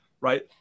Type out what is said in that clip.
right